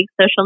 social